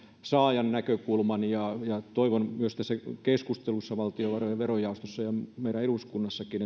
saajan näkökulman ja toivon että myös keskustelussa valtiovarojen verojaostossa ja meidän eduskunnassakin